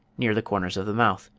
near the corners of the mouth.